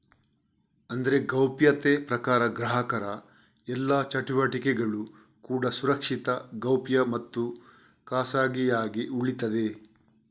ಅಂದ್ರೆ ಗೌಪ್ಯತೆ ಪ್ರಕಾರ ಗ್ರಾಹಕರ ಎಲ್ಲಾ ಚಟುವಟಿಕೆಗಳು ಕೂಡಾ ಸುರಕ್ಷಿತ, ಗೌಪ್ಯ ಮತ್ತು ಖಾಸಗಿಯಾಗಿ ಉಳೀತದೆ